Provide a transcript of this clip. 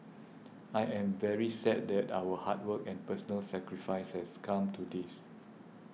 I am very sad that our hard work and personal sacrifices come to this